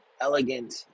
elegant